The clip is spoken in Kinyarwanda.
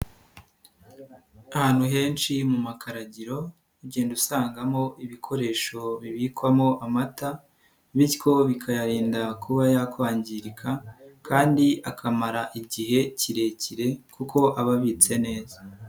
Ahantu henshi mu makaragiro ugenda usangamo ibikoresho bibikwamo amata, bityo bikayarinda kuba yakwangirika kandi akamara igihe kirekire kuko aba abitse neza.